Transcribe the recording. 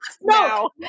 no